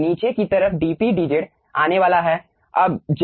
तो नीचे की तरफ dP dZ आने वाला है